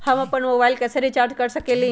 हम अपन मोबाइल कैसे रिचार्ज कर सकेली?